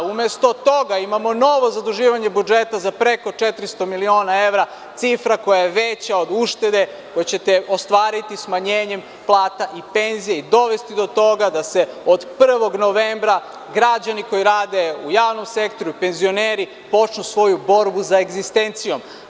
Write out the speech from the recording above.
Umesto toga imamo novo zaduživanje budžeta za preko 400 miliona evra, cifra koja je veća od uštede, što ćete ostvariti smanjenjem plate i penzija i dovesti do toga da se od 1. novembra građani koji rade u javnom sektoru, penzioneri, počnu svoju borbu sa egzistencijom.